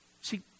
See